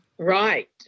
Right